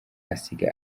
asiga